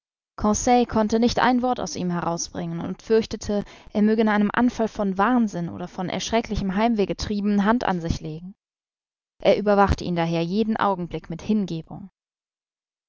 konnte nicht ein wort aus ihm herausbringen und fürchtete er möge in einem anfall von wahnsinn oder von erschrecklichem heimweh getrieben hand an sich legen er überwachte ihn daher jeden augenblick mit hingebung